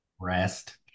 Rest